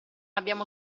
abbiamo